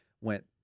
went